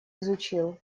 изучил